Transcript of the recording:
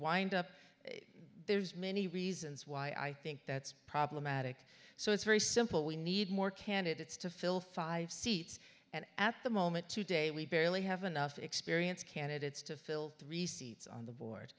wind up there's many reasons why i think that's problematic so it's very simple we need more candidates to fill five seats and at the moment today we barely have enough experience candidates to fill three seats on the